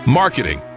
marketing